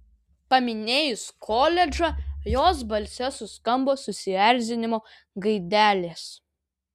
paminėjus koledžą jos balse suskambo susierzinimo gaidelės